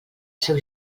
seu